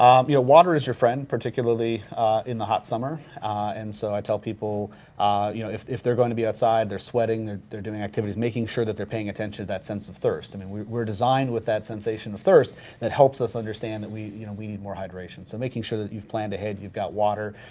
um water is your friend particularly in the hot summer and so i tell people you know if if they're gonna be outside, they're sweating, they're doing activities, making sure that they're paying attention to that sense of thirst. i mean we're designed with that sensation of thirst that helps us understand that we you know we need more hydration. so making sure that you've planned ahead, you've got water,